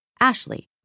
Ashley